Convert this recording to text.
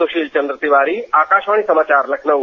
सुशील चंद्र तिवारी आकाशवाणी समाचार लखनऊ